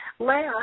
Last